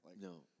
No